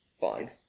fine